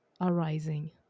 arising